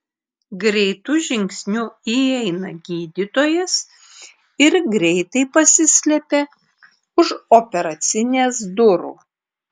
greitu žingsniu įeina gydytojas ir greitai pasislepia už operacinės durų